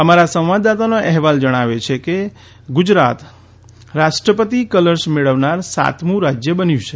આમારા સંવાદદાતાનો અહેવાલ જણાવે છે કે ગુજરાત રાષ્ટ્રપતિ કલર્સ મેળવનાર સાતમું રાજય બન્યું છે